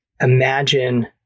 imagine